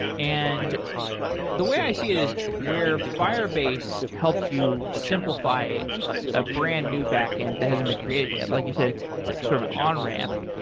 and the way i see it is where firebase helps you simplify a brand-new backend that hasn't been created yet like you said, it's it's like sort of an on-ramp.